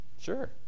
Sure